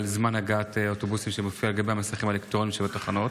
זמן הגעת האוטובוסים שמופיע על גבי המסכים האלקטרוניים שבתחנות.